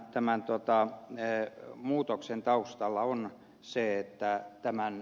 tämän muutoksen taustalla on se että tämä on